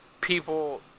people